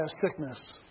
sickness